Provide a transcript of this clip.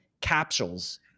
capsules